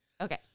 Okay